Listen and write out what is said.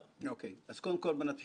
אני רק יכול להרגיע אותך, גד: